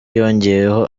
yongeyeho